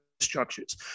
structures